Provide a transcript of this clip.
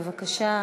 בבקשה.